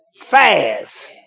fast